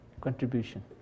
contribution